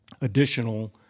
additional